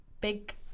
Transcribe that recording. big